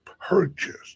purchased